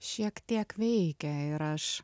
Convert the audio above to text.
šiek tiek veikia ir aš